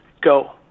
go